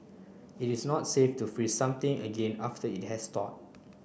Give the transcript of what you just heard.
it is not safe to freeze something again after it has thawed